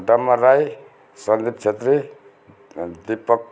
Dambar Rai Sandip Chhetri Dipak